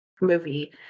movie